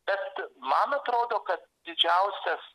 bet man atrodo kad didžiausias